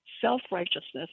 self-righteousness